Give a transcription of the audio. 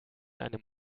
einem